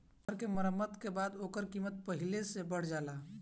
घर के मरम्मत के बाद ओकर कीमत पहिले से बढ़ जाला